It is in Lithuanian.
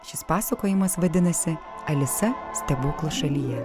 šis pasakojimas vadinasi alisa stebuklų šalyje